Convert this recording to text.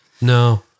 No